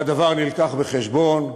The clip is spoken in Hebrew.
והדבר נלקח בחשבון,